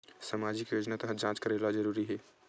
सामजिक योजना तहत जांच करेला जरूरी हे